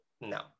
no